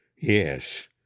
Yes